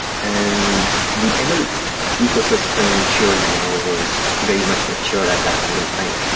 and the ml ecosystem, surely, you know was very much mature at that point in time.